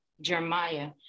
Jeremiah